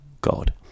God